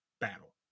battle